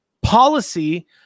policy